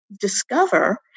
discover